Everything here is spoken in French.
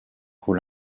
rôle